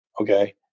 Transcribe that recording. Okay